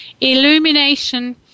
Illumination